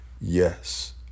yes